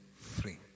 free